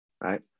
Right